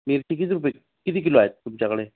मिरची किती रुपये किती किलो आहे तुमच्याकडे